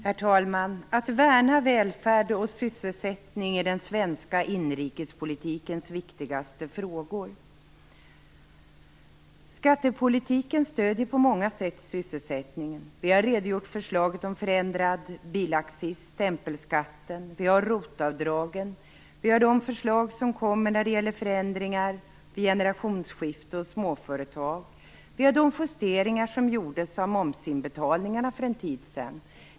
Herr talman! Att värna välfärd och sysselsättning är den svenska inrikespolitikens viktigaste fråga. Skattepolitiken stöder på många sätt sysselsättningen. Vi har redogjort för förslaget om förändrad bilaccis, tempelskatten, ROT-avdragen. Vi har de förslag som kommer när det gäller förändringar vid generationsskifte i småföretag. Vi har de justeringar som gjordes av momsinbetalningarna för en tid sedan.